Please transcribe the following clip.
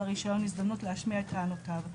הרישיון הזדמנות להשמיע את טענותיו.